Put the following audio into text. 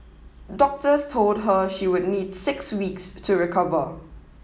doctors told her she would need six weeks to recover